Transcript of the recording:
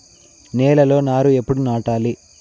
నేలలో నారు ఎప్పుడు నాటాలి?